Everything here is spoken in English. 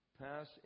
pass